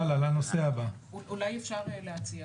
אולי אפשר להציע